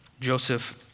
Joseph